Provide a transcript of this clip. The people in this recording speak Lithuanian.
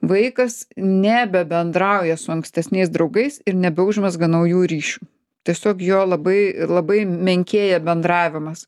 vaikas nebebendrauja su ankstesniais draugais ir nebeužmezga naujų ryšių tiesiog jo labai labai menkėja bendravimas